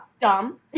Dumb